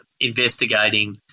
investigating